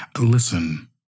Listen